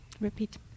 repeat